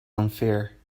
unfair